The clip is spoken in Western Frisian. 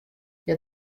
hja